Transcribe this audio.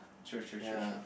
true true true true